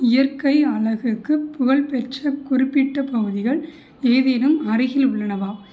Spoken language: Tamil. இயற்கை அழகுக்கு புகழ்பெற்ற குறிப்பிட்ட பகுதிகள் ஏதேனும் அருகில் உள்ளனவா